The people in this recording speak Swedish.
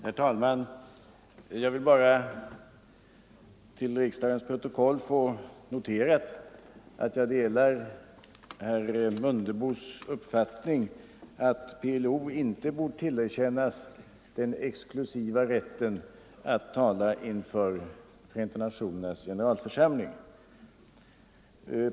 Herr talman! Jag vill bara till riksdagens protokoll få noterat att jag delar herr Romanus” uppfattning att PLO inte bort tillerkännas den exklusiva rätten att tala inför Förenta nationernas generalförsamling.